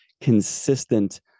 consistent